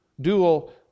dual